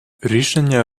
рішення